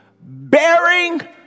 bearing